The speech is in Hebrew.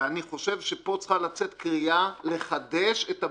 ואני חושב שפה צריכה לצאת קריאה: לחדש את